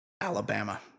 Alabama